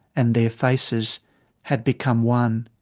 and their faces had become one.